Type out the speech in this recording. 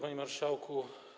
Panie Marszałku!